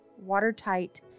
watertight